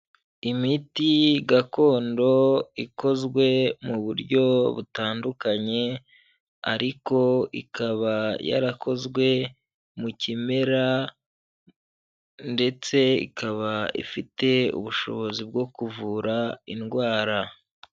Imiti gakondo ikozwe mu buryo butandukanye ariko ikaba yarakozwe mu kimera ndetse ikaba ifite ubushobozi bwo kuvura indwara.